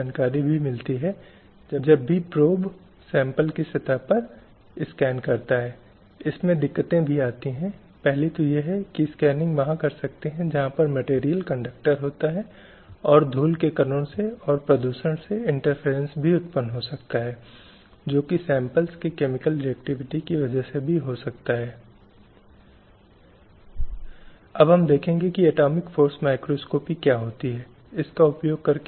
कहीं महिलाओं के साथ भेदभाव किया जा रहा था अनेक स्तरों पर उनके अधिकारों से वंचित किया जा रहा था और इसलिए घोषणा ने उन कुछ पहलुओं पर ध्यान आकर्षित करने की कोशिश की जो समाज में जारी थे कुछ प्रथाएँ जो समाज में जारी थीं और इस तरह से यह सुनिश्चित करने के लिए उचित उपाय किए गए थे कि उन प्रथाओं अधिकारों से इनकार को प्रभावी ढंग से संबोधित किया जा सके